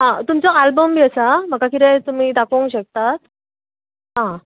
तुमचो आल्बम बी आसा म्हाका कितें तुमी दाखोवंक शकतात आं